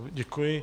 Děkuji.